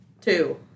two